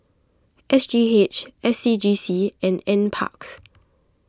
S G H S C G C and N Parks